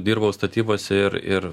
dirbau statybose ir ir